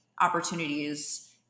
opportunities